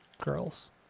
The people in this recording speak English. girls